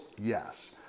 yes